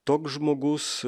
toks žmogus